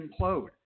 implode